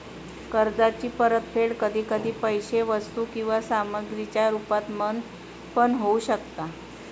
कर्जाची परतफेड कधी कधी पैशे वस्तू किंवा सामग्रीच्या रुपात पण होऊ शकता